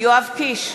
יואב קיש,